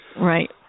Right